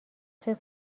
فکر